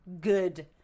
good